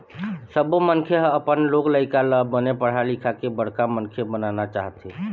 सब्बो मनखे ह अपन लोग लइका ल बने पढ़ा लिखा के बड़का मनखे बनाना चाहथे